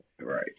Right